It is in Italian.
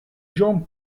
john